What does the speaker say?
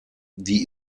die